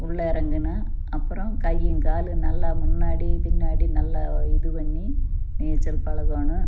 உள்ளே இறங்குனால் அப்புறம் கையும் காலும் நல்லா முன்னாடி பின்னாடி நல்லா இது பண்ணி நீச்சல் பழகணும்